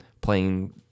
playing